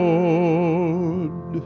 Lord